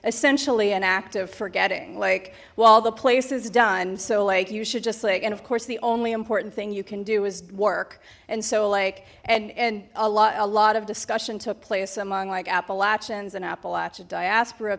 essentially an act of forgetting like well the place is done so like you should just say and of course the only important thing you can do is work and so like and and a lot a lot of discussion took place among like appalachian and appalachian diaspora